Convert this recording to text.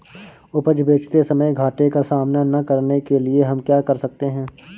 उपज बेचते समय घाटे का सामना न करने के लिए हम क्या कर सकते हैं?